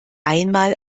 einmal